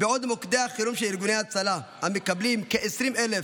בעוד למוקדי החירום של ארגוני הצלה המקבלים כ-20,000